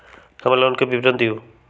हमर लोन के विवरण दिउ